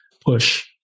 push